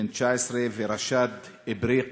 בן 19, ורשאד אבריק,